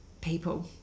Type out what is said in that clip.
people